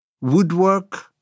woodwork